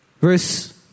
verse